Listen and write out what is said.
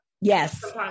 Yes